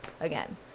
again